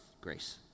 grace